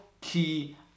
key